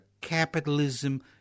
capitalism